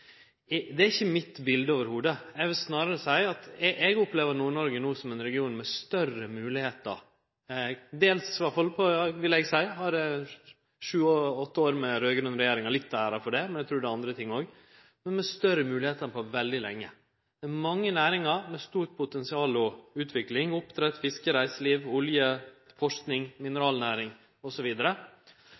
Det er ikkje i det heile mitt bilete. Eg vil snarare seie at eg opplever Nord-Noreg no som ein region med større moglegheiter. Eg vil seie at sju–åtte år med raud-grøn regjering til dels har litt av æra for det, men eg trur det er andre ting òg. Men det er større moglegheiter enn på veldig lenge. Det er mange næringar med stort potensial og utvikling, som oppdrett, fiske, reiseliv, olje, forsking, mineralnæring